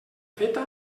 feta